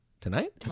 Tonight